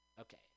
Okay